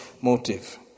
motive